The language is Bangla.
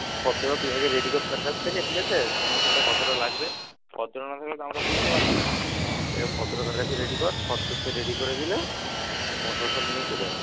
ফদ্দোটা তুই আগে রেডি কর তার কাছ থেকে ঠিক আছে কোন মশলাটা কতটা লাগবে ফর্দটা না থাকলে তো আমরা বুঝতে পারব না এবার ফর্দটা তাহলে তুই রেডি কর ফর্দ সে রেডি করে দিলে মশলা সব নিয়ে চলে আসব